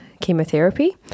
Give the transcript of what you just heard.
chemotherapy